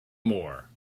more